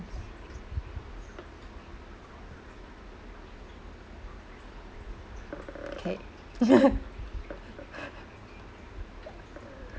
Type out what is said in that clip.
okay